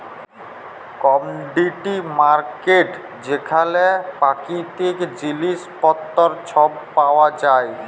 commodity market যেখালে পাকিতিক জিলিস পত্তর ছব পাউয়া যায়